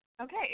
Okay